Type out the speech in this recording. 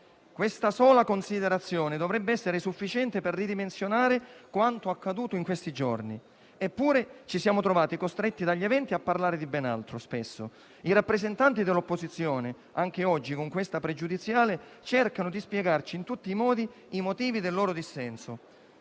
Questa sola considerazione dovrebbe essere sufficiente per ridimensionare quanto accaduto in questi giorni, eppure ci siamo trovati spesso, costretti dagli eventi, a parlare di ben altro. I rappresentanti dell'opposizione, anche oggi con questa pregiudiziale cercano di spiegarci in tutti i modi i motivi del loro dissenso.